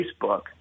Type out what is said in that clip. Facebook